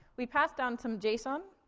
we passed down some json.